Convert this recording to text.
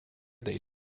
they